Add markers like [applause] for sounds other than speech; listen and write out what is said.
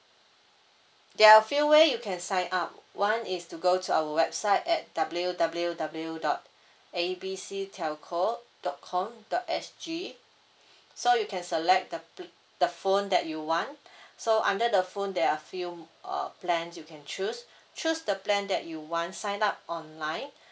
there are a few way you can sign up one is to go to our website at W W W dot [breath] A B C telco dot com dot S G [breath] so you can select the p~ the phone that you want [breath] so under the phone there are a few uh plans you can choose [breath] choose the plan that you want sign up online [breath]